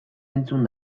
entzun